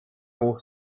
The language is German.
hoch